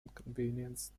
inconvenience